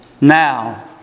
Now